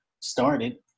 started